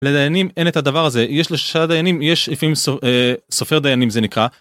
לדיינים אין את הדבר הזה, יש שלושה דיינים, יש אפילו סופר דיינים זה נקרא.